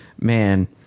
man